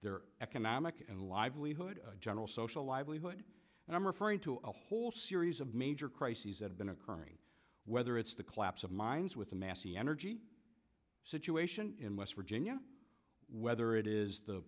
their economic and livelihood general social livelihood and i'm referring to a whole series of major crises have been occurring whether it's the collapse of mines with the massey energy situation in west virginia whether it is the